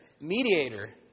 mediator